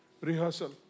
rehearsal